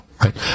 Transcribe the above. Right